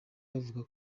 bavuga